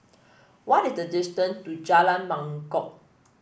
what is the distance to Jalan Mangkok